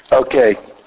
Okay